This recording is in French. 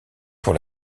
pour